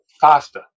Faster